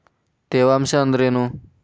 ತೇವಾಂಶ ಅಂದ್ರೇನು?